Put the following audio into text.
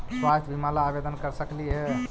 स्वास्थ्य बीमा ला आवेदन कर सकली हे?